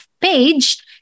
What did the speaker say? page